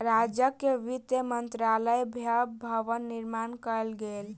राज्यक वित्त मंत्रालयक भव्य भवन निर्माण कयल गेल